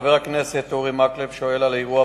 חבר הכנסת אורי מקלב שואל על האירוע